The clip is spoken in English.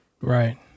Right